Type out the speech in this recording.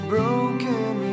Broken